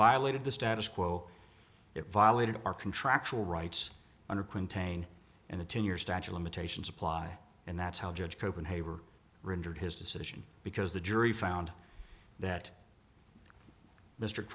violated the status quo it violated our contractual rights under contain and a ten year statue limitations apply and that's how judge copenhagen rendered his decision because the jury found that mr